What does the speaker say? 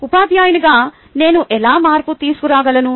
ఉపాధ్యాయునిగా నేను ఎలా మార్పు తీసుకురాగలను